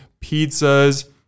pizzas